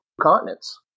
continents